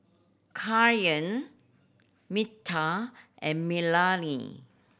Minta and Melonie